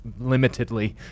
limitedly